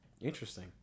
Interesting